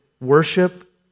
worship